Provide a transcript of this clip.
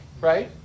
right